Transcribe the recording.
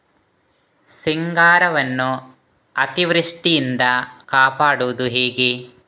ಸಿಂಗಾರವನ್ನು ಅತೀವೃಷ್ಟಿಯಿಂದ ಕಾಪಾಡುವುದು ಹೇಗೆ?